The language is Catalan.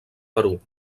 perú